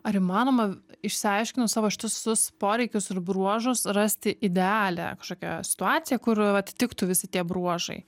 ar įmanoma išsiaiškinus savo šitus visus poreikius ir bruožus rasti idealią kažkokią situaciją kur kad tiktų visi tie bruožai